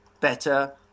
better